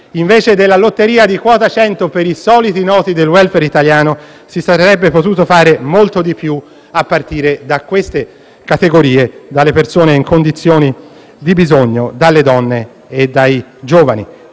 Invece della lotteria di quota 100 per i soliti noti del *welfare* italiano, si sarebbe potuto fare di più, a partire dalle persone in condizioni di bisogno, dalle donne e dai giovani,